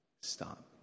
Stop